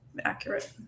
accurate